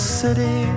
city